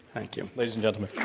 thank you. ladies and gentlemen.